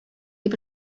дип